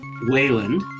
Wayland